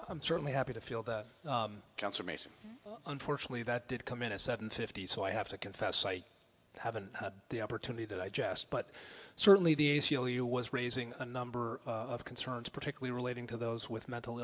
i'm certainly happy to feel that confirmation unfortunately that did come in at seven fifty so i have to confess i haven't had the opportunity that i jest but certainly the a c l u was raising a number of concerns particularly relating to those with mental